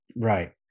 Right